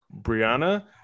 Brianna